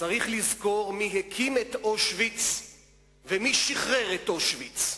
שצריך לזכור מי הקים את אושוויץ ומי שחרר את אושוויץ.